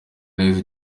neza